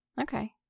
Okay